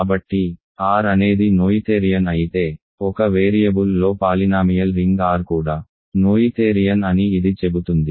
కాబట్టి R అనేది Noetherian అయితే ఒక వేరియబుల్లో పాలినామియల్ రింగ్ R కూడా నోయిథేరియన్ అని ఇది చెబుతుంది